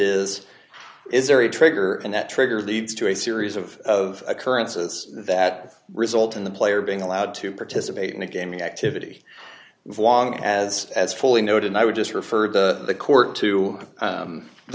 is is there a trigger and that trigger leads to a series of of occurrences that result in the player being allowed to participate in a gaming activity long as as fully noted i would just refer the court to